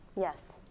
Yes